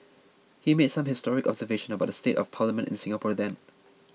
he made some historic observations about the state of Parliament in Singapore then